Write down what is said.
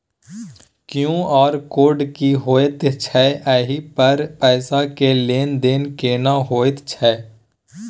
QR code की होयत छै एहि पर पैसा के लेन देन केना होयत छै?